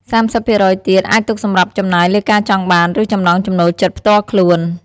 ៣០% ទៀត អាចទុកសម្រាប់ចំណាយលើការចង់បាន ឬចំណង់ចំណូលចិត្តផ្ទាល់ខ្លួន។